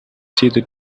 see